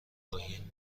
آگهی